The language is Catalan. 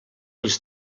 les